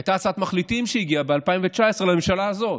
הייתה הצעת מחליטים שהגיעה ב-2019 לממשלה הזו,